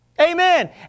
Amen